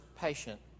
patient